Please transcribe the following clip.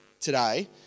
today